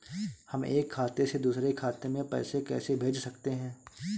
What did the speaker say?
हम एक खाते से दूसरे खाते में पैसे कैसे भेज सकते हैं?